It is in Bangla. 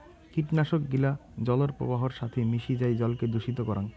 কীটনাশক গিলা জলর প্রবাহর সাথি মিশি যাই জলকে দূষিত করাং